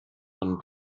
von